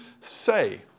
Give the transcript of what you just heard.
say